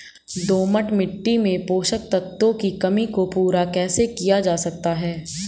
दोमट मिट्टी में पोषक तत्वों की कमी को पूरा कैसे किया जा सकता है?